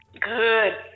Good